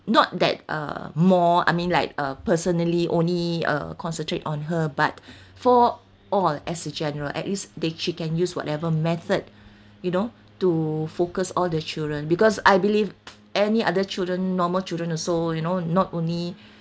not that uh more I mean like uh personally only uh concentrate on her but for all as a general at least they she can use whatever method you know to focus all the children because I believe any other children normal children also you know not only